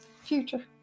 future